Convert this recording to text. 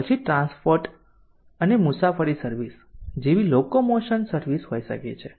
પછી ટ્રાન્સપોર્ટ અને મુસાફરી સર્વિસ જેવી લોકોમોશન સર્વિસ હોઈ શકે છે